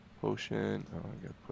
Potion